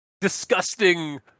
disgusting